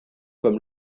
comme